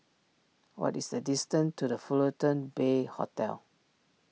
what is the distance to the Fullerton Bay Hotel